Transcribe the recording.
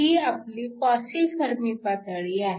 ही आपली quasi Fermi पातळी आहे